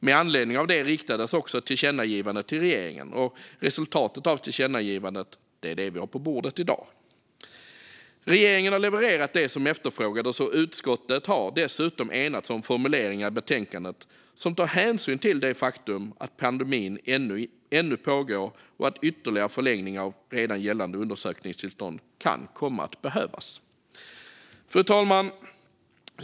Med anledning av det riktades ett tillkännagivande till regeringen. Resultatet av tillkännagivandet är det vi har på bordet i dag. Regeringen har levererat det som efterfrågades. Utskottet har dessutom enats om formuleringar i betänkandet som tar hänsyn till det faktum att pandemin ännu pågår och att ytterligare förlängningar av redan gällande undersökningstillstånd kan komma att behövas. Fru talman!